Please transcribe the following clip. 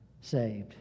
saved